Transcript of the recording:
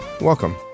Welcome